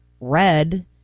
Red